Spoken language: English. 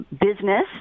business